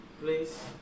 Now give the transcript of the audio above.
Please